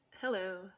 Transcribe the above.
Hello